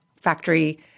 factory